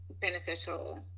beneficial